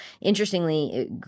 interestingly